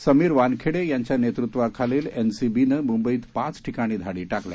समीर वानखेडे यांच्या नेतृत्वाखाली एनसीबीनं मुंबईत पाच ठिकाणी धाडी टाकल्या